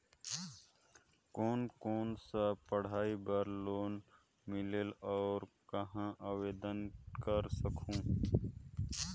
कोन कोन सा पढ़ाई बर लोन मिलेल और कहाँ आवेदन कर सकहुं?